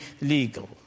legal